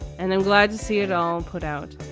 and i'm glad to see it all put out.